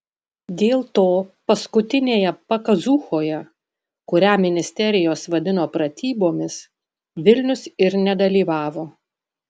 dėl to paskutinėje pakazūchoje kurią ministerijos vadino pratybomis vilnius ir nedalyvavo